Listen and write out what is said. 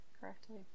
correctly